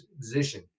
position